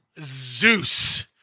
Zeus